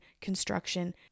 construction